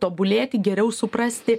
tobulėti geriau suprasti